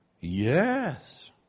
Yes